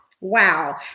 Wow